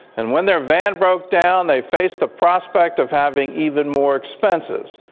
and when their van broke down, they faced the prospect of having even more expenses,